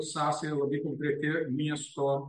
sąsaja labai konkreti miesto